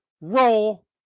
roll